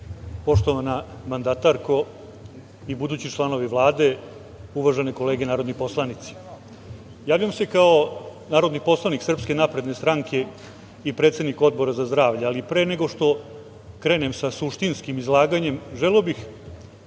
poštovana mandatarko i budući članovi Vlade, uvažene kolege narodni poslanici, javljam se kao narodni poslanik Srpske napredne stranke i predsednik Odbora za zdravlje, ali pre nego što krenem sa suštinskim izlaganjem želeo bih